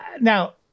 Now